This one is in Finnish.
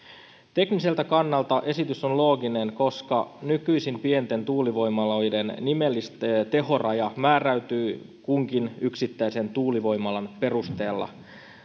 tekniseltä kannalta esitys on looginen koska nykyisin pienten tuulivoimaloiden nimellistehoraja määräytyy kunkin yksittäisen tuulivoimalan perusteella